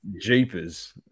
Jeepers